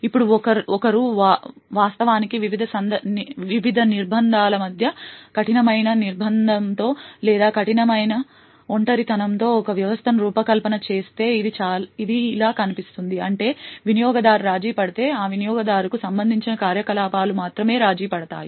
ఇప్పుడు ఒకరు వాస్తవానికి వివిధ నిర్బంధాల మధ్య కఠినమైన నిర్బంధంతో లేదా కఠినమైన ఒంటరితనంతో ఒక వ్యవస్థను రూపకల్పన చేస్తే ఇది ఇలా కనిపిస్తుంది అంటే వినియోగదారు రాజీపడితే ఆ వినియోగదారుకు సంబంధించిన కార్యకలాపాలు మాత్రమే రాజీపడతాయి